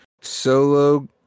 Solo